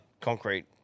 concrete